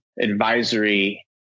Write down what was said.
advisory